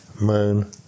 moon